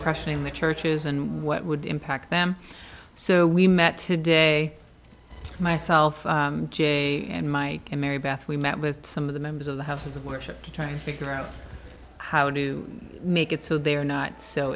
crushing the churches and what would impact them so we met today myself j and my mary beth we met with some of the members of the houses of worship to try to figure out how to make it so they are not so